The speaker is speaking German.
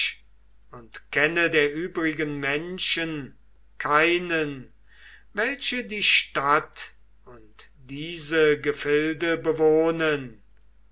und kenne der übrigen menschen keinen welche die stadt und diese gefilde bewohnen